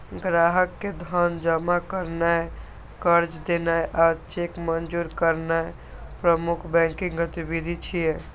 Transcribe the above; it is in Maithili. ग्राहक के धन जमा करनाय, कर्ज देनाय आ चेक मंजूर करनाय प्रमुख बैंकिंग गतिविधि छियै